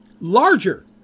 larger